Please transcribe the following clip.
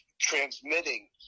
transmitting